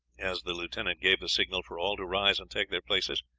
as the lieutenant gave the signal for all to rise and take their places.